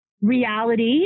reality